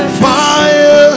fire